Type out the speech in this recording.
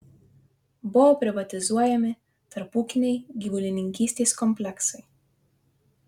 buvo privatizuojami tarpūkiniai gyvulininkystės kompleksai